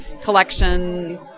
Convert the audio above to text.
collection